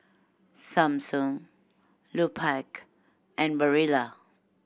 Samsung Lupark and Barilla